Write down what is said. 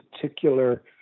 particular